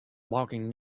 walking